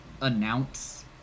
announce